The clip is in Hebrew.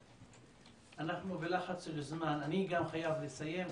אנחנו בלחץ של זמן גם אני חייב לסיים,